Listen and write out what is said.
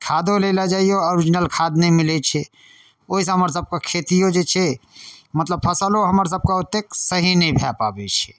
खादो लैलए जइऔ ओरिजिनल खाद नहि मिलै छै ओहिसँ हमर सभके खेतिओ जे छै मतलब फसिलो हमर सभके ओतेक सही नहि भऽ पाबै छै